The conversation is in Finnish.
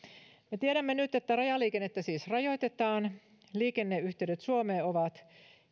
me tiedämme nyt että rajaliikennettä siis rajoitetaan ja liikenneyhteydet suomeen ovat